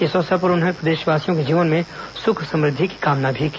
इस अवसर पर उन्होंने प्रदेशवासियों के जीवन में सुख समृद्धि की कामना भी की